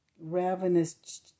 ravenous